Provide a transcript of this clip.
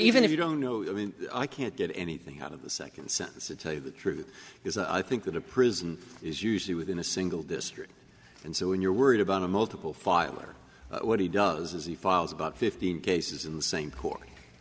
even if you don't know i mean i can't get anything out of the second sentence to tell you the truth is i think that a prison is usually within a single district and so when you're worried about a multiple filer what he does is he files about fifteen cases in the same